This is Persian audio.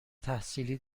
تحصیلی